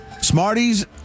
Smarties